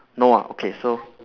no ah okay so